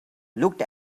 looked